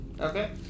Okay